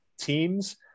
teams